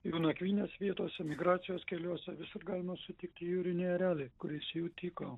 jų nakvynės vietose migracijos keliuose visur galima sutikti jūrinį erelį kuris jų tyko